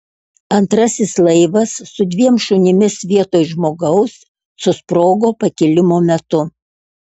antrasis laivas su dviem šunimis vietoj žmogaus susprogo pakilimo metu